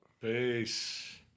Peace